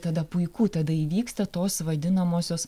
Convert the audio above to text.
tada puiku tada įvyksta tos vadinamosios